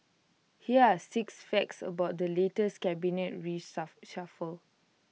here are six facts about the latest cabinet